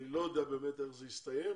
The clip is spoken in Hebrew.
אני לא יודע באמת איך זה יסתיים